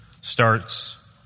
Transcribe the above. starts